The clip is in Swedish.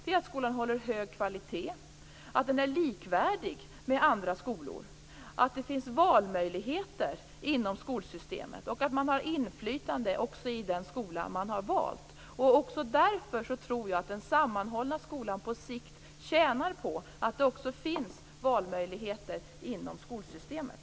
Det är att skolan håller hög kvalitet, att den är likvärdig andra skolor, att det finns valmöjligheter inom skolsystemet och att man har inflytande också i den skola man har valt. Därför tror jag att också den sammanhållna skolan på sikt tjänar på att det finns valmöjligheter inom skolsystemet.